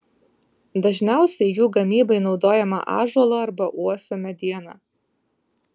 dažniausiai jų gamybai naudojama ąžuolo arba uosio mediena